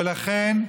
ולכן,